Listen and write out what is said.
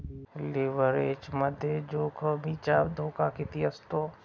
लिव्हरेजमध्ये जोखमीचा धोका किती असतो?